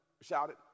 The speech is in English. shouted